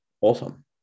Awesome